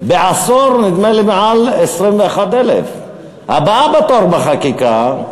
בעשור נדמה לי מעל 21,000. הבאה בתור בחקיקה,